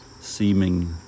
seeming